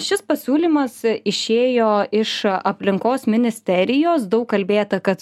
šis pasiūlymas išėjo iš aplinkos ministerijos daug kalbėta kad